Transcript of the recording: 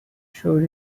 showed